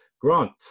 Grant